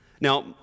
Now